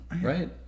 right